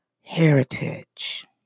heritage